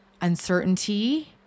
uncertainty